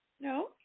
No